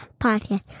podcast